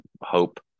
hope